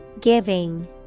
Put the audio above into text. Giving